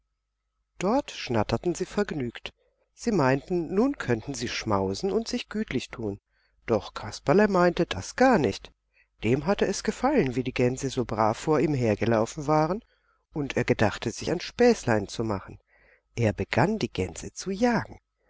dort schnatterten sie vergnügt sie meinten nun könnten sie schmausen und sich gütlich tun doch kasperle meinte das gar nicht dem hatte es gefallen wie die gänse so brav vor ihm hergelaufen waren und er gedachte sich ein späßlein zu machen er begann die gänse zu jagen